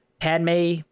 Padme